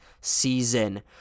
season